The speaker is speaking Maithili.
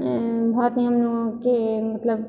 बहुत नियमके मतलब